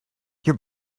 your